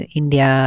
india